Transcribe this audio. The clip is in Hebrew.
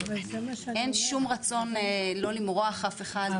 אין שום רצון למרוח אף אחד,